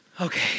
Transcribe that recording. okay